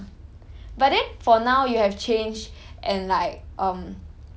but then for now you have changed and like um